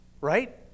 Right